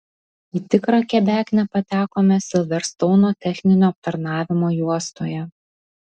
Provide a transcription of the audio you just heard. į tikrą kebeknę patekome silverstouno techninio aptarnavimo juostoje